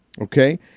Okay